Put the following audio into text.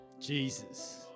Jesus